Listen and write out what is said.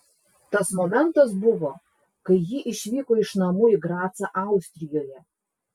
tas momentas buvo kai ji išvyko iš namų į gracą austrijoje